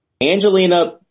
Angelina